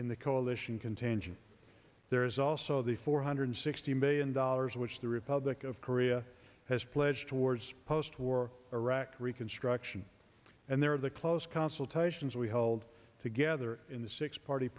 in the coalition contingent there is also the four hundred sixty million dollars which the republic of korea has pledged towards post war iraq reconstruction and there are the close consultations we hold together in the six party